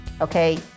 Okay